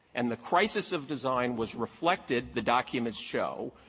and the crisis of design was reflected, the documents show,